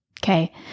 Okay